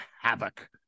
havoc